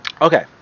Okay